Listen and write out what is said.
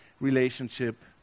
relationship